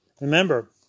Remember